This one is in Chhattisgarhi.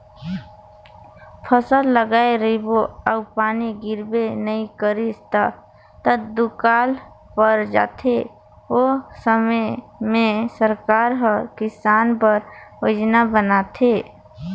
फसल लगाए रिबे अउ पानी गिरबे नी करिस ता त दुकाल पर जाथे ओ समे में सरकार हर किसान बर योजना बनाथे